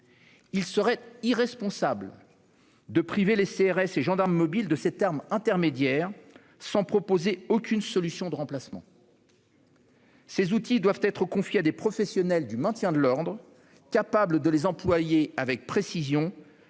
républicaines de sécurité (CRS) et gendarmes mobiles de cette arme intermédiaire sans proposer aucune solution de remplacement. De tels outils doivent être confiés à des professionnels du maintien de l'ordre, capables de les employer avec précision